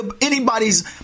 anybody's